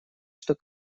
что